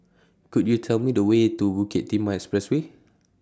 Could YOU Tell Me The Way to Bukit Timah Expressway